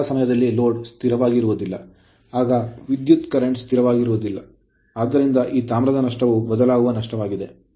ಎಲ್ಲಾ ಸಮಯದ ಲೋಡ್ ಸ್ಥಿರವಾಗಿಲ್ಲ ಆಗ ವಿದ್ಯುತ್ ಪ್ರವಾಹವು ಸ್ಥಿರವಾಗಿರುವುದಿಲ್ಲ ಆದ್ದರಿಂದ ಈ ತಾಮ್ರದ ನಷ್ಟವು ಬದಲಾಗುವ ನಷ್ಟವಾಗಿದೆ